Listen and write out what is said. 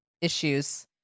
issues